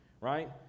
right